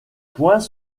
points